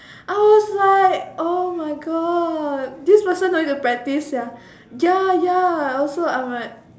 I was like oh my god this person no need to practice sia ya ya also I'm like